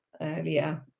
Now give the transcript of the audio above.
earlier